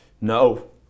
no